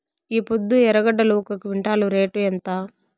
ఈపొద్దు ఎర్రగడ్డలు ఒక క్వింటాలు రేటు ఎంత?